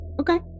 Okay